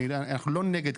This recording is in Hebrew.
אנחנו לא נגד,